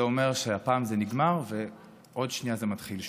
זה אומר שהפעם זה נגמר ועוד שנייה זה מתחיל שוב.